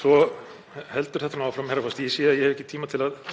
Svo heldur þetta áfram, herra forseti. Ég sé að ég hef ekki tíma til að